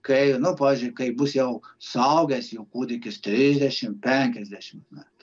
kai nu pavyzdžiui kai bus jau suaugęs jų kūdikius trisdešimt penkiasdešimt metų